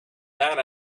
that